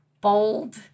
bold